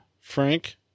frank